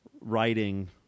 writing